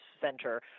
center